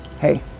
hey